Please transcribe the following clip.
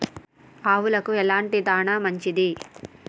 ఆవులకు ఎలాంటి దాణా మంచిది?